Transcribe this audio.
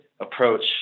approach